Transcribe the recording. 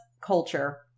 culture